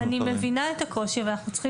אני מבינה את הקושי אבל אנחנו צריכים